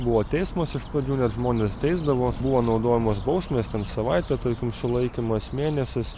buvo teismas iš pradžių net žmones teisdavo buvo naudojamas bausmes ten savaitę tarkim sulaikymas mėnesis